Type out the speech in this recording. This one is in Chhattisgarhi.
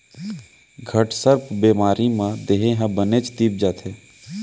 घटसर्प बेमारी म देहे ह बनेच तीप जाथे